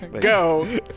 Go